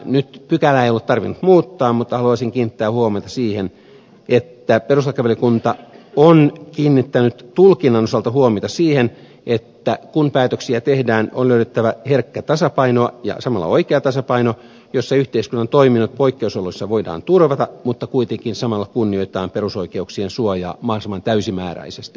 nyt pykälää ei ole tarvinnut muuttaa mutta haluaisin kiinnittää huomiota siihen että perustuslakivaliokunta on kiinnittänyt tulkinnan osalta huomiota siihen että kun päätöksiä tehdään on löydettävä herkkä tasapaino ja samalla oikea tasapaino jossa yhteiskunnan toiminnot poikkeusoloissa voidaan turvata mutta kuitenkin samalla kunnioitetaan perusoikeuksien suojaa mahdollisimman täysimääräisesti